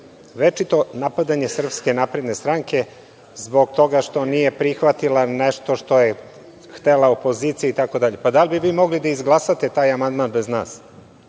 večito napadanje SNS zbog toga što nije prihvatila nešto što je htela opozicija itd. Da li bi vi mogli da izglasate taj amandman bez nas?